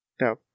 No